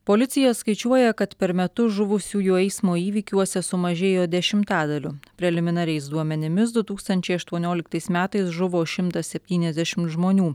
policija skaičiuoja kad per metus žuvusiųjų eismo įvykiuose sumažėjo dešimtadaliu preliminariais duomenimis du tūkstančiai aštuonioliktais metais žuvo šimtas septyniasdešim žmonių